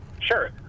Sure